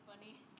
funny